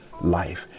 life